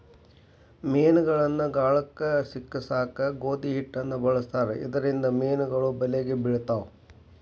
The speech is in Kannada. ಮೇನಗಳನ್ನ ಗಾಳಕ್ಕ ಸಿಕ್ಕಸಾಕ ಗೋಧಿ ಹಿಟ್ಟನ ಬಳಸ್ತಾರ ಇದರಿಂದ ಮೇನುಗಳು ಬಲಿಗೆ ಬಿಳ್ತಾವ